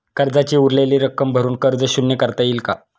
कर्जाची उरलेली रक्कम भरून कर्ज शून्य करता येईल का?